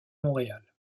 montréal